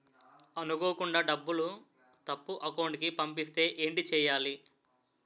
అనుకోకుండా డబ్బులు తప్పు అకౌంట్ కి పంపిస్తే ఏంటి చెయ్యాలి?